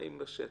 עצמאים בשטח.